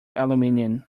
aluminium